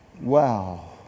wow